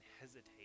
hesitate